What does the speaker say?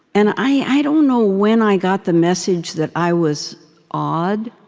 and i i don't know when i got the message that i was odd,